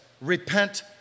repent